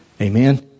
Amen